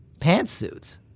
pantsuits